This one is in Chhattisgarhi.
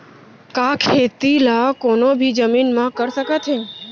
का खेती ला कोनो भी जमीन म कर सकथे?